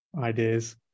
ideas